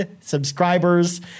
subscribers